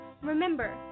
Remember